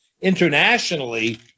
internationally